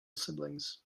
siblings